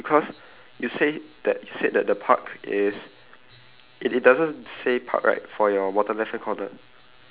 ya uh just now we said there's a diff~ okay there's a difference right in the park because you say that you said that the park is